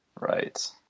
Right